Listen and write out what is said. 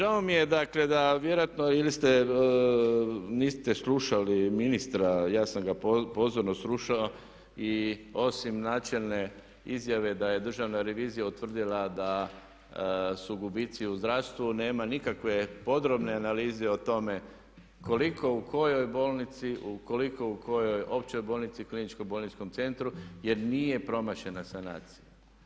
Pa žao mi je dakle da, vjerojatno ili niste slušali ministra a ja sam ga pozorno slušao i osim načelne izjave da je državna revizija utvrdila da su gubici u zdravstvu nema nikakve podrobne analize o tome koliko, u kojoj bolnici, koliko u kojoj općoj bolnici, kliničkom bolničkom centru jer nije promašena sanacija.